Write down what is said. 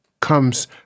comes